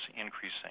increasing